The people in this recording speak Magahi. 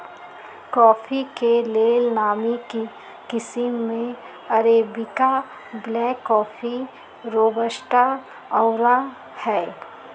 कॉफी के लेल नामी किशिम में अरेबिका, ब्लैक कॉफ़ी, रोबस्टा आउरो हइ